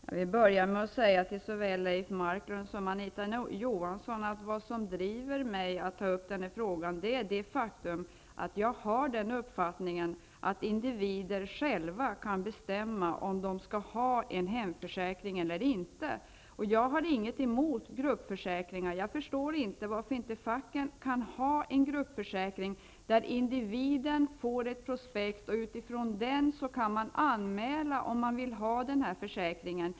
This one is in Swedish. Herr talman! Jag vill börja med att säga till såväl Leif Marklund som Anita Johansson att det som driver mig att ta upp den här frågan är det faktum att jag har den uppfattningen att individer själva kan bestämma om de skall ha en hemförsäkring eller inte. Jag har inget emot gruppförsäkringar. Jag förstår inte varför facket inte kan ha en gruppförsäkring där individen får ett prospekt. Utifrån det kan man sedan anmäla om man vill ha den här försäkringen.